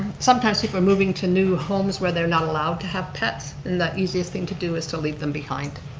sometimes people are moving to new homes where they're not allowed to have pets and that easiest thing to do is to leave them behind.